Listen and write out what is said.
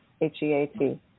H-E-A-T